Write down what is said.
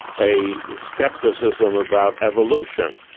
a scepticism about evolution.